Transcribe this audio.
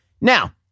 Now